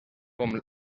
com